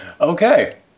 Okay